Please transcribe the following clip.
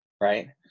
right